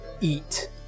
eat